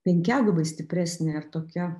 penkiagubai stipresnė ir tokia